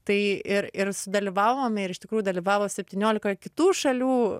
tai ir ir sudalyvavome ir iš tikrųjų dalyvavo septyniolika kitų šalių